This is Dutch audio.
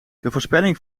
voorspelling